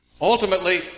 Ultimately